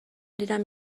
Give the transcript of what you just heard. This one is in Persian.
دیدم